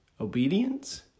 Obedience